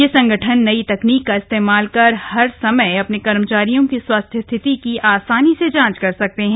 ये संगठन नई तकनीक का इस्तेमाल कर हर समय अपने कर्मचारियों की स्वास्थ्य स्थिति की आसानी से जाँच कर सकते हैं